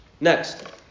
Next